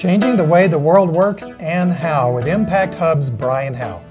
changing the way the world works and how it impacts us brian how